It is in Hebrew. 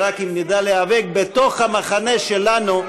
ורק אם נדע להיאבק בתוך המחנה שלנו,